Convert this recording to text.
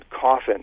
Coffin